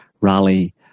rally